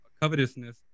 covetousness